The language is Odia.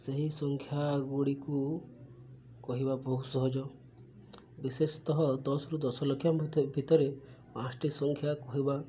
ସେହି ସଂଖ୍ୟା ଗୁଡ଼ିକୁ କହିବା ବହୁତ ସହଜ ବିଶେଷତଃ ଦଶରୁ ଦଶ ଲକ୍ଷ ଭିତରେ ପାଞ୍ଚଟି ସଂଖ୍ୟା କହିବା